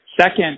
Second